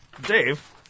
Dave